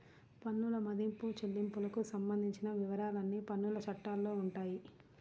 పన్నుల మదింపు, చెల్లింపులకు సంబంధించిన వివరాలన్నీ పన్నుల చట్టాల్లో ఉంటాయి